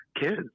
kids